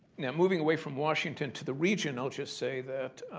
now, moving away from washington to the region, i'll just say that,